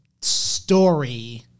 story